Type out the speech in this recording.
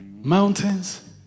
mountains